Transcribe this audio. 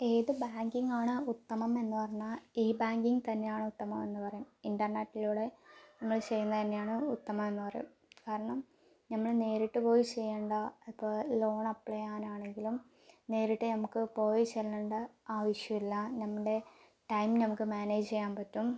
ഏത് ബാങ്കിങ്ങാണ് ഉത്തമം എന്ന് പറഞ്ഞാൽ ഇ ബാങ്കിങ്ങ് തന്നെയാണ് ഉത്തമം എന്ന് പറയാം ഇൻറ്റർനെറ്റിലൂടെ നമ്മള് ചെയ്യുന്നത് തന്നെയാണ് ഉത്തമം എന്ന് പറയാം കാരണം നമ്മള് നേരിട്ട് പോയി ചെയ്യണ്ട ഇപ്പോൾ ലോൺ അപ്ലൈയ്യാനാണെങ്കിലും നേരിട്ട് ഞമക്ക് പോയി ചെല്ലണ്ട ആവശ്യമില്ല നമ്മുടെ ടൈം നമുക്ക് മാനേജെയ്യാൻ പറ്റും